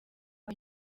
rwa